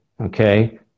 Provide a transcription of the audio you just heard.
Okay